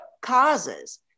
causes